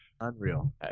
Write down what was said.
Unreal